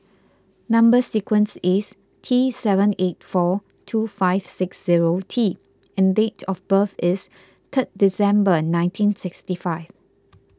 Number Sequence is T seven eight four two five six zero T and date of birth is third December nineteen sixty five